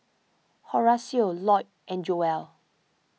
Horacio Loyd and Joelle